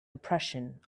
impression